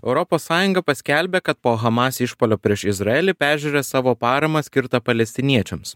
europos sąjunga paskelbė kad po hamas išpuolio prieš izraelį peržiūrės savo paramą skirtą palestiniečiams